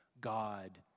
God